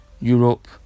Europe